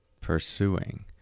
pursuing